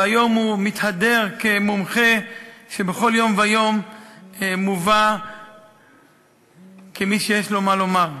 והיום הוא מתהדר כמומחה שבכל יום ויום מובא כמי שיש לו מה לומר.